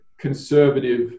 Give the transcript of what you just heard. conservative